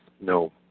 no